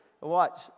watch